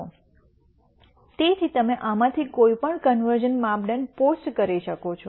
તેથી તમે આમાંથી કોઈપણ પર કન્વર્ઝન માપદંડ પોસ્ટ કરી શકો છો